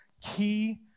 key